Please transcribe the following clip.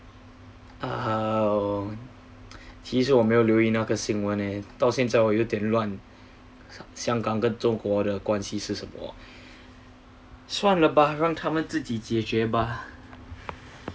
oh 其实我没有留意那个新闻呃到现在我有点乱香港跟中国的关系是什么算了吧让他们自己解决吧